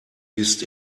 ist